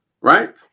right